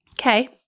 Okay